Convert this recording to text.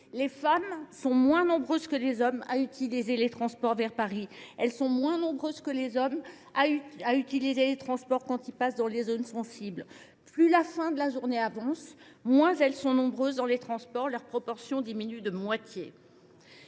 Les femmes sont moins nombreuses que les hommes à utiliser les transports vers Paris. Elles sont moins nombreuses que les hommes à utiliser les transports dans les zones sensibles. Plus la fin de journée avance, moins les femmes y sont présentes : leur proportion diminue de moitié.